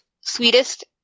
sweetest